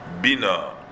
Bina